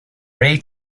ray